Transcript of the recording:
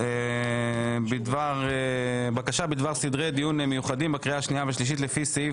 בקשה בדבר סדרי דיון מיוחדים לפי סעיף